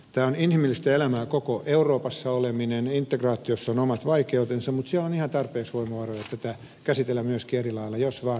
tämä on inhimillistä elämää koko euroopassa oleminen ja integraatiossa on omat vaikeutensa mutta siellä on ihan tarpeeksi voimavaroja tätä käsitellä myöskin eri lailla jos vaan halutaan